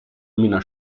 minna